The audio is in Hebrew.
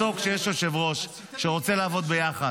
בסוף, כשיש יושב-ראש שרוצה לעבוד ביחד,